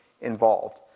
involved